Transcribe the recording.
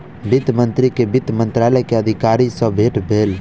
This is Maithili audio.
वित्त मंत्री के वित्त मंत्रालय के अधिकारी सॅ भेट भेल